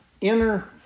inner